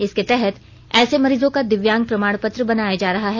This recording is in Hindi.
इसके तहत ऐसे मरीजों को दिव्यांग प्रमाण पत्र बनाया जा रहा है